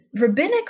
rabbinic